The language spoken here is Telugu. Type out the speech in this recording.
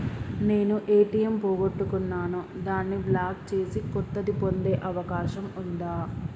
నేను ఏ.టి.ఎం పోగొట్టుకున్నాను దాన్ని బ్లాక్ చేసి కొత్తది పొందే అవకాశం ఉందా?